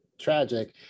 tragic